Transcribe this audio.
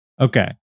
Okay